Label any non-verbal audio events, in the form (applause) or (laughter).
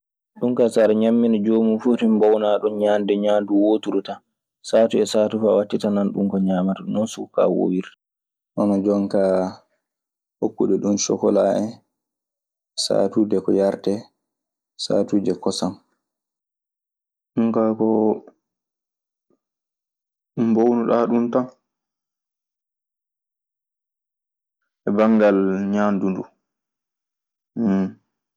Ɗun kaa so aɗa ñammina joomun fuu fati mboownaa ɗun ñaande ñaandu wooturu tan. Saatu e saatu fuu a waɗtitannan ɗun ko ñaamata. Noon suka kaa woowirta. Hono jon kaa hokkude ɗun sokkolaa en. Saatuuje ko yaretee, saatuuje kosan. Ɗun kaa koo mbownuɗaa ɗun tan e banngal ñaandu nduu. (noise)